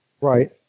Right